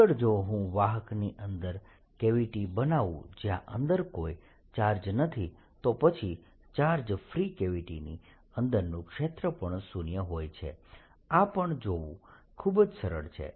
n0 આગળ જો હું વાહકની અંદર કેવિટી બનાવું જ્યા અંદર કોઈ ચાર્જ નથી તો પછી ચાર્જ ફ્રી કેવિટીની અંદરનું ક્ષેત્ર પણ શુન્ય હોય છે આ પણ જોવું ખૂબ જ સરળ છે